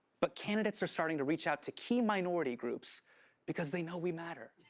but candidates are starting to reach out to key minority groups because they know we matter.